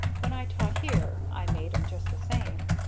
when i taught here i made em just the same.